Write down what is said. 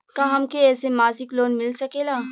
का हमके ऐसे मासिक लोन मिल सकेला?